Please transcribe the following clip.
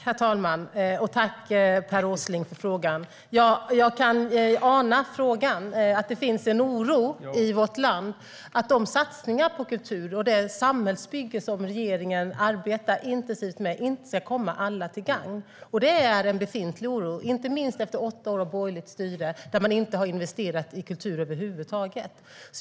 Herr talman! Tack, Per Åsling, för frågan! Jag anar där att det finns en oro i vårt land för att de satsningar på kultur och det samhällsbygge som regeringen arbetar intensivt med inte kommer att gagna alla. Det är en befintlig oro, inte minst efter åtta år av borgerligt styre då man inte investerade i kultur över huvud taget.